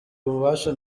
ububasha